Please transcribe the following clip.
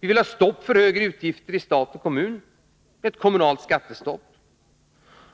Vi vill ha stopp för högre utgifter i stat och kommun, ett kommunalt skattestopp